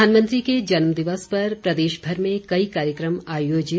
प्रधानमंत्री के जन्म दिवस पर प्रदेशभर में कई कार्यकम आयोजित